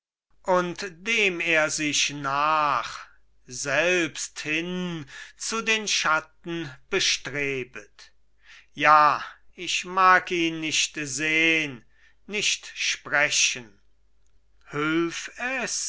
und dem er sich nach selbst hin zu den schatten bestrebet ja ich mag ihn nicht sehn nicht sprechen hülf